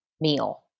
meal